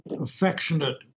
Affectionate